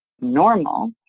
normal